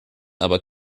aber